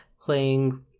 playing